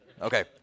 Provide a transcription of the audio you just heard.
Okay